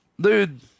dude